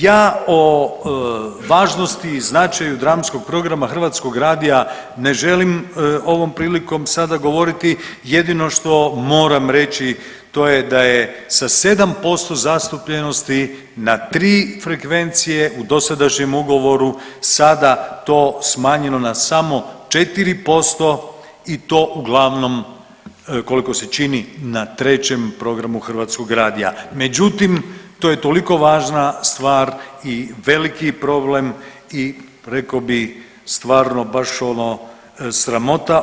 Ja o važnosti i značaju dramskog programa Hrvatskog radija ne želim ovom prilikom sada govoriti jedino što moram reći to je da je sa 7% zastupljenosti na 3 frekvencije u dosadašnjem ugovoru sada to smanjeno na samo 4% i to uglavnom koliko se čini na 3 programu Hrvatskog radija, međutim to je toliko važna stvar i veliki problem i rekao bih stvarno baš ono sramota.